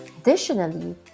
Additionally